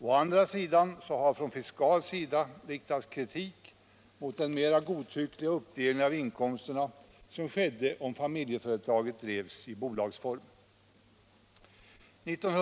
Å andra sidan har från fiskal sida riktats kritik mot den mera godtyckliga uppdelningen av inkomsterna som skedde om familjeföretaget drevs i bolagsform.